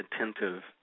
attentive